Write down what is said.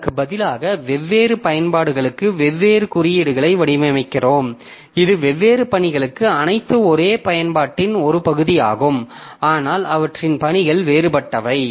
அதற்கு பதிலாக வெவ்வேறு பயன்பாடுகளுக்கு வெவ்வேறு குறியீடுகளை வடிவமைக்கிறோம் இது வெவ்வேறு பணிகளுக்கு அனைத்தும் ஒரே பயன்பாட்டின் ஒரு பகுதியாகும் ஆனால் அவற்றின் பணிகள் வேறுபட்டவை